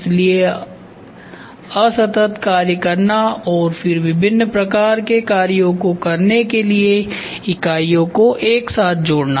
इसलिए असतत कार्य करना और फिर विभिन्न प्रकार के कार्यों को करने के लिए इकाइयों को एक साथ जोड़ना